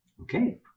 Okay